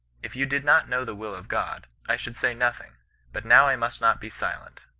if you did not know the will of god, i should say nothing but now i must not be silent